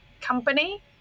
company